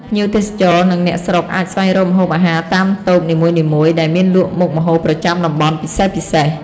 ភ្ញៀវទេសចរ និងអ្នកស្រុកអាចស្វែងរកម្ហូបអាហារតាមតូបនីមួយៗ ដែលមានលក់មុខម្ហូបប្រចាំតំបន់ពិសេសៗ។